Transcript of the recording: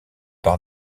par